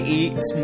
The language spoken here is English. eat